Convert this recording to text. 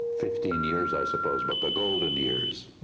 fifteen years i suppose. but the golden years,